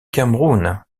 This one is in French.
cameroun